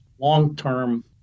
Long-term